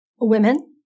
women